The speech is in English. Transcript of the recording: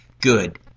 good